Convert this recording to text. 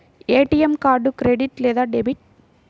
ATM card credit లేదా debit?